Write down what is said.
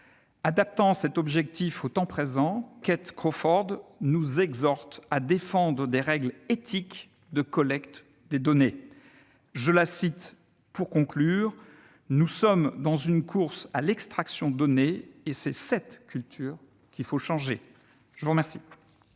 Adaptant cet objectif au temps présent, Kate Crawford nous exhorte à défendre des règles éthiques de collecte des données. Je la cite pour conclure :« Nous sommes dans une course à l'extraction de données, et c'est cette culture qu'il faut changer !». La parole